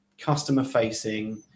Customer-facing